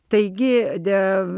taigi dėde